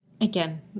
again